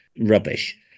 rubbish